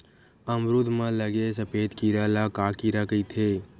अमरूद म लगे सफेद कीरा ल का कीरा कइथे?